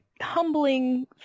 Humbling